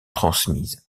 transmise